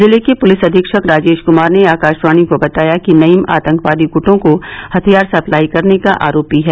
जिले के पुलिस अधीक्षक राजेश कुमार ने आकाशवाणी को बताया कि नईम आतंकवादी गुटों को हथियार सप्लाई करने का आरोपी है